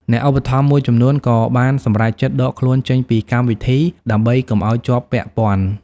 អ្នកឧបត្ថម្ភមួយចំនួនក៏បានសម្រេចចិត្តដកខ្លួនចេញពីកម្មវិធីដើម្បីកុំឲ្យជាប់ពាក់ព័ន្ធ។